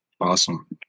Awesome